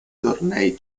tornei